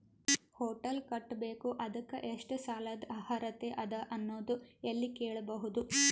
Hotel ಕಟ್ಟಬೇಕು ಇದಕ್ಕ ಎಷ್ಟ ಸಾಲಾದ ಅರ್ಹತಿ ಅದ ಅನ್ನೋದು ಎಲ್ಲಿ ಕೇಳಬಹುದು?